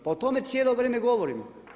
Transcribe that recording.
Pa o tome cijelo vrijeme govorimo.